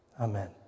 Amen